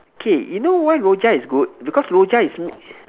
K you know why Rojak is good because Rojak is